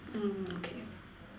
mm okay